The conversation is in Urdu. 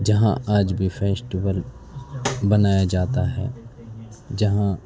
جہاں آج بھی فیسٹیول بنایا جاتا ہے جہاں